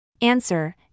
Answer